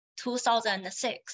2006